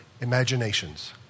imaginations